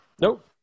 Nope